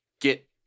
get